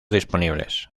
disponibles